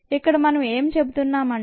ఇక్కడ మనం ఏమి చెబుతున్నాం అంటే